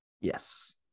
Yes